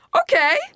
Okay